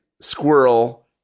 squirrel